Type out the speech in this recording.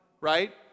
right